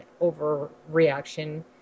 overreaction